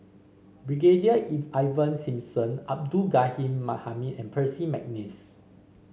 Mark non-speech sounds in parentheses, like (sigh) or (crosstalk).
Brigadier (unintelligible) Ivan Simson Abdul Ghani Hamid and Percy McNeice